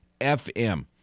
fm